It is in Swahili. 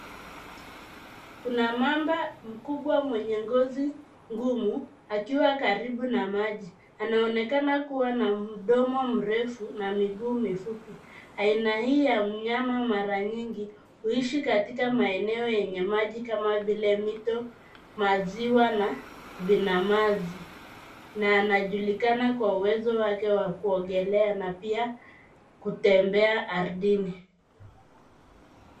Kuna mamba mkubwa mwenye ngozi ngumu akiwa karibu na maji anaonekana kuwa na mdomo mrefu na miguu mifupi ,aina hii ya mnyama mara nyingi uishi katika maeneo yenye maji kama vile mito ,maziwa na vina maji na anajulikana kwa uwezo wake wa kuogelea na pia kutembea ardhini.